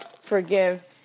forgive